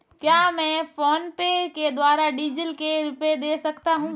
क्या मैं फोनपे के द्वारा डीज़ल के रुपए दे सकता हूं?